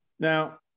Now